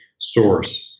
source